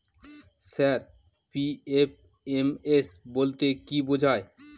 Sir PFMS বলতে কি বোঝায়?